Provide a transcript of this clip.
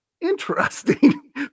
interesting